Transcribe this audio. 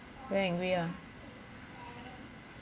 very angry ah